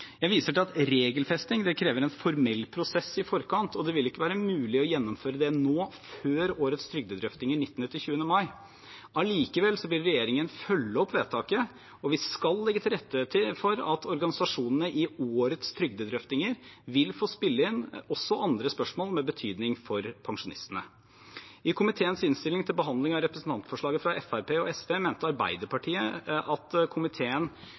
Jeg viser til at regelfesting krever en formell prosess i forkant, og det vil ikke være mulig å gjennomføre det nå, før årets trygdedrøftinger 19. og 20. mai. Allikevel vil regjeringen følge opp vedtaket, og vi skal legge til rette for at organisasjonene i årets trygdedrøftinger vil få spille inn også andre spørsmål med betydning for pensjonistene. I komiteens innstilling til behandling av representantforslaget fra Fremskrittspartiet og SV mente Arbeiderpartiets medlemmer i komiteen